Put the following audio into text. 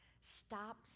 Stop